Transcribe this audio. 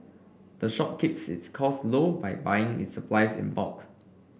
the shop keeps its costs low by buying its supplies in bulk